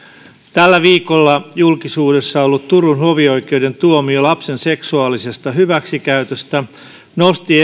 tällä viikolla julkisuudessa ollut turun hovioikeuden tuomio lapsen seksuaalisesta hyväksikäytöstä nosti